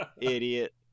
Idiot